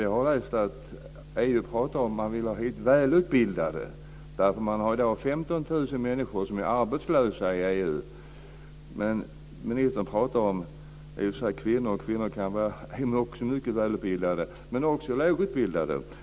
EU pratar om att ha hit välutbildade. Det finns i dag 15 miljoner människor som är arbetslösa i EU. Ministern pratar om kvinnor, och kvinnor kan också vara välutbildade men också lågutbildade.